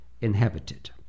inhabited